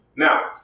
Now